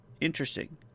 interesting